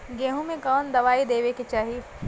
गेहूँ मे कवन दवाई देवे के चाही?